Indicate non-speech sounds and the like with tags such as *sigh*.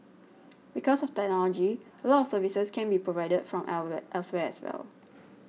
because of technology a lot of services can be provided from *unintelligible* elsewhere as well